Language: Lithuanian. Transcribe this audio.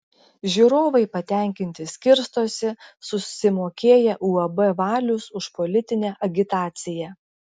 žiūrovai patenkinti skirstosi susimokėję uab valius už politinę agitaciją